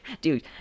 dude